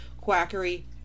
quackery